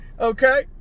Okay